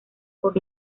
por